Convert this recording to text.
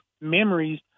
memories